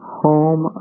home